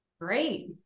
Great